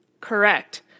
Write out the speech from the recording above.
Correct